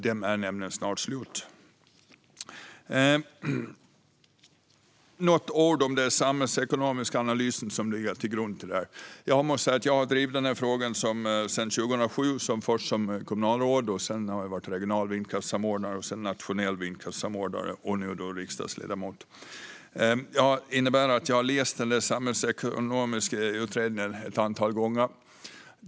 De är nämligen snart slut. Jag ska säga några ord om den samhällsekonomiska analys som ligger till grund för detta. Jag har drivit denna fråga sedan 2007, först som kommunalråd, sedan som regional vindkraftssamordnare, sedan som nationell vindkraftssamordnare och nu som riksdagsledamot. Det innebär att jag har läst en del samhällsekonomiska utredningar ett antal gånger.